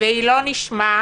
והיא לא נשמעת,